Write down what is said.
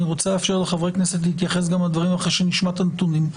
אני רוצה לאפשר לחברי הכנסת להתייחס גם לדברים אחרי שנשמע את הנתונים.